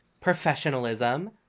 professionalism